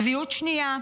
צביעות שנייה.